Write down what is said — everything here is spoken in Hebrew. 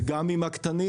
וגם עם הקטנים,